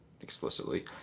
explicitly